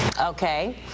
Okay